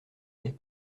des